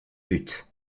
but